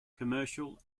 commercial